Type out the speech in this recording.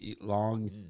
long